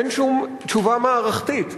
אין שום תשובה מערכתית.